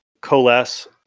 coalesce